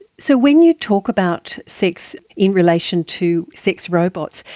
so when you talk about sex in relation to sex robots,